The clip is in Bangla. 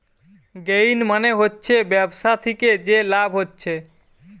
গেইন মানে হচ্ছে ব্যবসা থিকে যে লাভ হচ্ছে